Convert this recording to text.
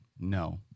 No